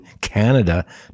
Canada